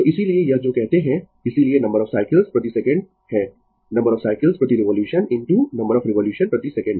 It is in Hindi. तो इसीलिये यह जो कहते है इसीलिये नंबर ऑफ साइकल्स प्रति सेकंड है नंबर ऑफ साइकल्स प्रति revolution into number of revolution प्रति सेकंड